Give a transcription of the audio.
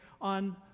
on